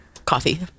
coffee